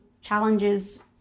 challenges